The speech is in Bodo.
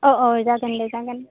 ओ औ जागोन दे